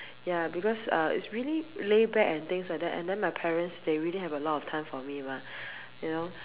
ya because uh is really laid back and things like that and then my parents they really have a lot of time for me mah you know